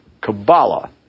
Kabbalah